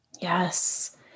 Yes